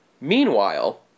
Meanwhile